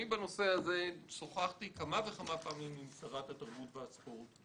בנושא הזה שוחחתי כמה וכמה פעמים עם שרת התרבות והספורט.